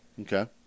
Okay